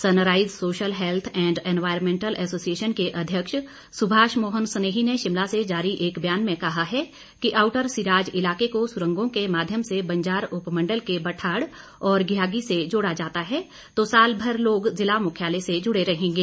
sunrise social health and environmental association के अध्यक्ष सुभाष मोहन स्नेही ने शिमला से जारी एक बयान में कहा है कि आउटर सिराज इलाके को सुरंगों के माध्यम से बंजार उपमंडल के बठाड़ और घयागी से जोड़ा जाता है तो साल भर लोग जिला मुख्यालय से जुड़े रहेंगे